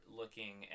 looking